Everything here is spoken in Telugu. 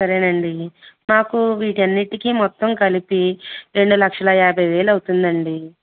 సరే అండి మాకు వీటి అన్నిటికి మొత్తం కలిపి రెండు లక్షల యాభై వేలు అవుతుంది అండి